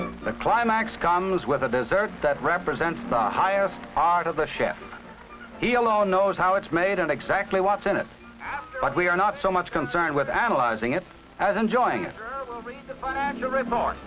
the climax comes with a dessert that represents the highest art of the chef he alone knows how it's made and exactly what's in it but we are not so much concerned with analyzing it as enjoying